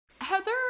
Heather